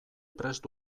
prest